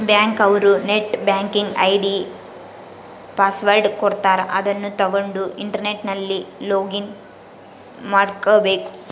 bank ಅವ್ರು net banking ID password ಕೊಡ್ತಾರ ಅದುನ್ನ ತಗೊಂಡ್ ಇಂಟರ್ನೆಟ್ ಅಲ್ಲಿ ಲೊಗಿನ್ ಮಾಡ್ಕಬೇಕು